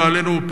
לא עלינו,